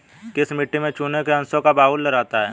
किस मिट्टी में चूने के अंशों का बाहुल्य रहता है?